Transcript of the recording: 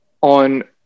on